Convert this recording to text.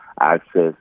access